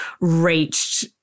reached